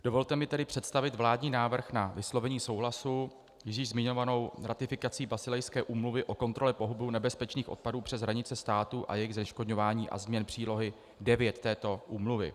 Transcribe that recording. Dovolte mi tedy představit vládní návrh na vyslovení souhlasu s již zmiňovanou ratifikací Basilejské úmluvy o kontrole pohybu nebezpečných odpadů přes hranice států a jejich zneškodňování a změn přílohy IX této úmluvy.